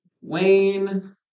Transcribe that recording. Wayne